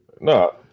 No